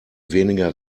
weniger